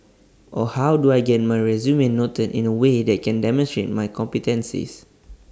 or how do I get my resume noted in A way that can demonstrate my competencies